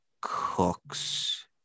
Cooks